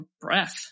breath